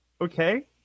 Okay